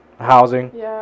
housing